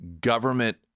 government